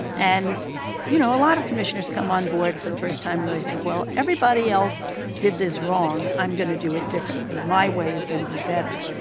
and you know a lot of commissioners come on board for the first time and i think well everybody else did this wrong. i'm going to do it differently my way is going to be better.